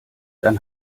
dann